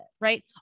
right